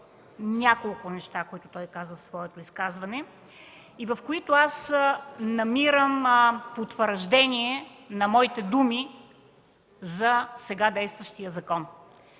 няколко неща, които той каза в своето изказване, и в които аз намирам потвърждение на моите думи за сега действащия закон.